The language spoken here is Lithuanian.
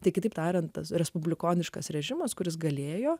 tai kitaip tariant tas respublikoniškas režimas kuris galėjo